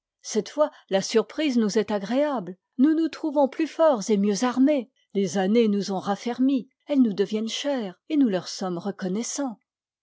cette fois la surprise nous est agréable nous nous trouvons plus forts et mieux armés les années nous ont raffermi elles nous deviennent chères et nous leur sommes reconnaissants